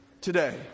Today